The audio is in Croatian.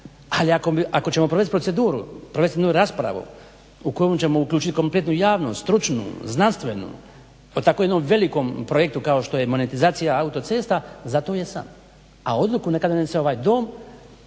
ali ako ćemo provest proceduru, provest jednu raspravu u koju ćemo uključiti kompletnu javnu, stručnu, znanstvenu o tako jednom velikom projektu kao što je monetizacija autocesta za to je Sabor, a odluku neka donese ovaj Dom